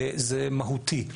זה מהותי.